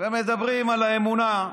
על פי ההלכה.